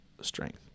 strength